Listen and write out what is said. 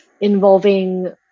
involving